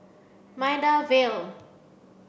Maida Vale